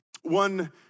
One